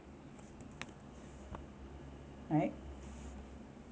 right